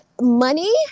money